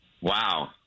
Wow